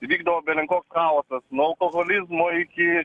vykdo belenkoks chaosas nuo alkoholizmo iki